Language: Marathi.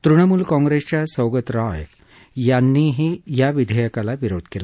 तुणमूल काँग्रसेच्या सौगत रॉय यांनीही या विधेयकाला विरोध केला